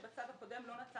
גילינו שבצו הקודם לא נתנו